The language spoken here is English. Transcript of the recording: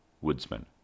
Woodsman